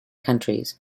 societies